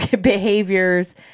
behaviors